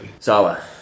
Zala